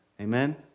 Amen